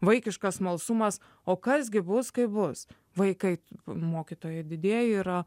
vaikiškas smalsumas o kas gi bus kaip bus vaikai mokytojai didieji yra